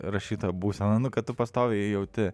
rašyta būsena nu ką tu pastoviai jauti